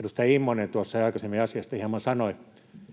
edustaja Immonen tuossa jo aikaisemmin asiasta hieman sanoi.